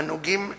ואלה הנוגעים